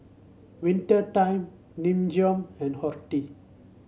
Winter Time Nin Jiom and Horti